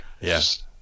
Yes